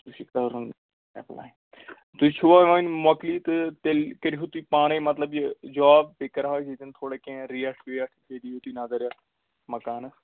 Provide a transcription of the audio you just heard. ژےٚ چھُے کَرُن ایٚپلے تُہۍ چُھوا وۅنۍ مۄکَلی تہٕ تیٚل تیٚلہِ کٔرۍہو تُہۍ پانَے مطلب یہ جاب بیٚیہِ کَرٕہاو یتیٚن تھوڑا کیٚنٛہہ ریٹ ویٹ بیٚیہِ دِیہو تُہۍ نظر یتھ مکانس